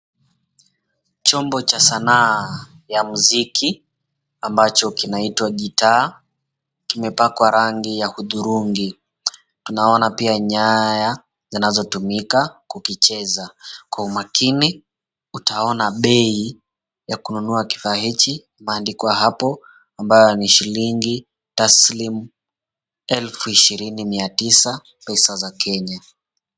Chombo cha sanaa ya muziki ambacho kinaitwa guitar kimepakwa rangi ya hudhurungi. Naona pia nyaya zinazotumika kukicheza kwa umakini, utaona bei ya kununua kifaa hiki imeandikwa hapo ambayo ni shilingi taslimu elfu ishirini mia tisa pesa za Kenya.